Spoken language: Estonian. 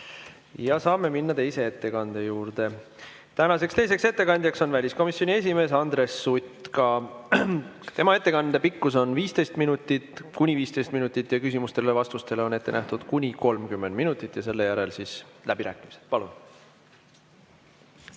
Saame minna teise ettekande juurde. Tänaseks teiseks ettekandjaks on väliskomisjoni esimees Andres Sutt. Ka tema ettekande pikkus on kuni 15 minutit. Küsimustele ja vastustele on ette nähtud kuni 30 minutit ja selle järel on läbirääkimised. Palun!